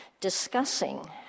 discussing